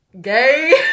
gay